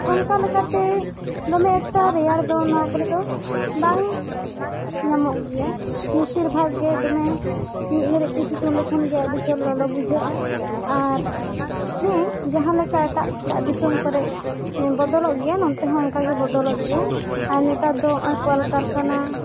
ᱚᱱᱠᱟ ᱞᱮᱠᱟᱛᱮ ᱫᱚᱢᱮ ᱮᱠᱴᱟ ᱨᱮᱭᱟᱲ ᱫᱚ ᱱᱚᱣᱟ ᱠᱚᱨᱮ ᱫᱚ ᱵᱟᱝ ᱧᱟᱢᱚᱜ ᱜᱮᱭᱟ ᱵᱤᱥᱤᱨ ᱵᱷᱟᱜᱽ ᱜᱮ ᱫᱚᱢᱮ ᱢᱤᱫ ᱜᱷᱟᱹᱲᱤᱡ ᱛᱮ ᱥᱤᱛᱩᱝ ᱞᱮᱠᱷᱟᱱ ᱜᱮ ᱟᱹᱰᱤ ᱡᱚᱨ ᱞᱚᱞᱚ ᱵᱩᱡᱷᱟᱹᱜᱼᱟ ᱟᱨ ᱦᱮᱸ ᱡᱟᱦᱟᱸ ᱞᱮᱠᱟ ᱮᱴᱟᱜ ᱮᱴᱟᱜ ᱫᱤᱥᱚᱢ ᱠᱚᱨᱮ ᱵᱚᱫᱚᱞᱚᱜ ᱜᱮᱭᱟ ᱱᱚᱛᱮ ᱦᱚᱸ ᱚᱱᱠᱟ ᱜᱮ ᱵᱚᱫᱚᱞᱚᱜ ᱜᱮᱭᱟ ᱟᱨ ᱱᱮᱛᱟᱨ ᱫᱚ ᱱᱚᱜᱼᱚᱭ ᱠᱚᱞᱠᱟᱨ ᱠᱷᱟᱱᱟ